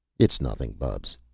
it's nothing, bubs,